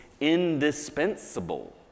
indispensable